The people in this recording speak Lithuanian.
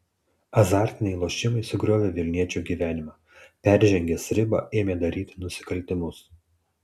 azartiniai lošimai sugriovė vilniečio gyvenimą peržengęs ribą ėmė daryti nusikaltimus